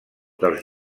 dels